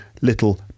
little